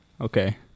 okay